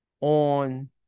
on